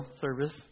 service